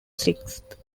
sixth